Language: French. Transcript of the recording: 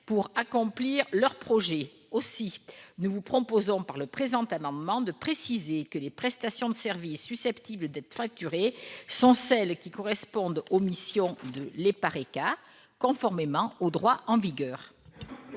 pour accomplir leurs projets. Par le présent amendement, nous proposons de préciser que les prestations de service susceptibles d'être facturées sont celles qui correspondent aux missions de l'EPARECA, conformément au droit en vigueur.